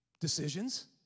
Decisions